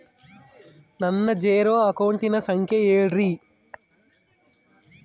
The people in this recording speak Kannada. ನನ್ನ ಜೇರೊ ಅಕೌಂಟಿನ ಸಂಖ್ಯೆ ಹೇಳ್ರಿ?